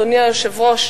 אדוני היושב-ראש,